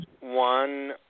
one